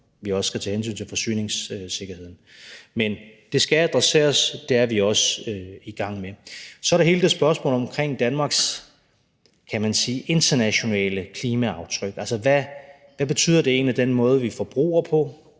skal tage hensyn til forsyningssikkerheden. Men det skal adresseres, og det er vi også i gang med. Kl. 11:44 Så er der hele det spørgsmål omkring Danmarks, kan man sige, internationale klimaaftryk. Altså, hvad betyder det egentlig med den måde, vi forbruger på,